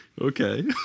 Okay